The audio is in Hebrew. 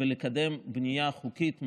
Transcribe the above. ולקדם בנייה חוקית,